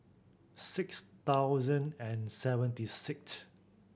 six thousand and seventy sixth